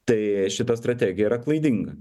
tai šita strategija yra klaidinga